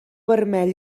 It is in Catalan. vermell